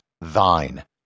thine